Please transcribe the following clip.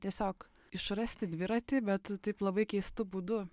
tiesiog išrasti dviratį bet taip labai keistu būdu